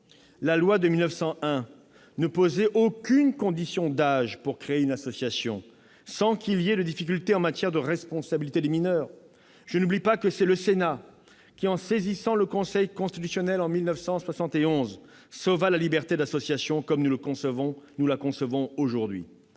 la loi de 1901 n'a posé aucune condition d'âge pour créer une association, sans que cela soulève de difficultés en matière de responsabilité des mineurs. Je n'oublie pas que c'est le Sénat qui, en saisissant le Conseil constitutionnel en 1971, sauva la liberté d'association telle que nous la concevons aujourd'hui.